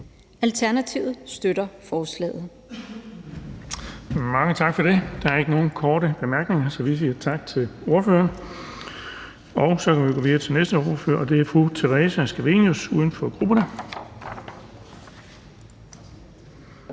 Alternativet støtter forslaget.